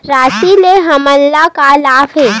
राशि से हमन ला का लाभ हे?